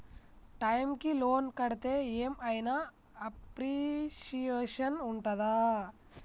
Time కి loan కడ్తే ఏం ఐనా అప్రిషియేషన్ ఉంటదా?